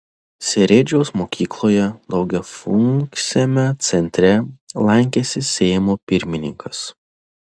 seredžiaus mokykloje daugiafunkciame centre lankėsi seimo pirmininkas